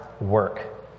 work